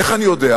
איך אני יודע?